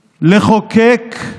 נחוקק,